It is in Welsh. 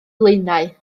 blaenau